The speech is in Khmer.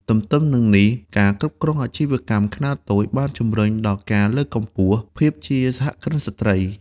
ទទ្ទឹមនឹងនេះ ការគ្រប់គ្រងអាជីវកម្មខ្នាតតូច បានជម្រុញដល់ការលើកកម្ពស់ភាពជាសហគ្រិនស្ត្រី។